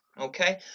Okay